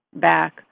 back